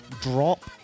drop